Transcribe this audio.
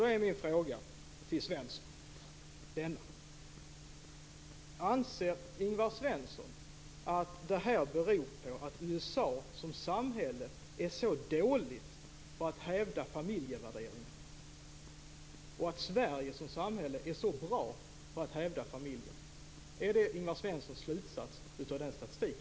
Då är min fråga till Svensson: Anser Ingvar Svensson att det här beror på att USA som samhälle är så dåligt på att hävda familjevärderingar och att Sverige som samhälle är så bra på att hävda familjen? Är det Ingvar Svenssons slutsats av denna statistik?